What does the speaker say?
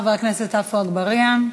חבר הכנסת עפו אגבאריה.